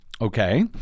Okay